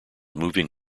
moving